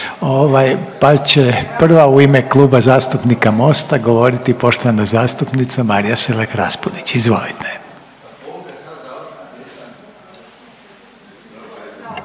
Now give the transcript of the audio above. Pa će prva u ime Kluba zastupnika MOST-a govoriti poštovana zastupnica Marija Selak-Raspudić. Izvolite.